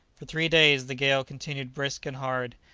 for three days the gale continued brisk and hard,